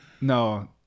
No